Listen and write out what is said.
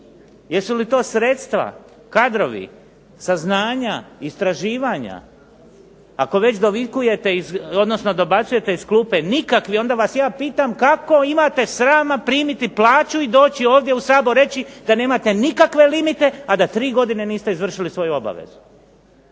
Jesu li to sredstva, kadrovi, saznanja, istraživanja? Ako već dovikujete, odnosno dobacujete iz klupe nikakvi, onda vas ja pitam kako imate srama primiti plaću i doći ovdje u Sabor reći da nemate nikakve limite, a da tri godine niste izvršili svoju obavezu?